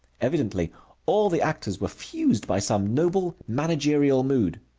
evidently all the actors were fused by some noble managerial mood.